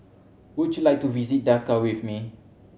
would you like to visit Dhaka with me